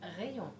Rayon